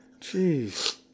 Jeez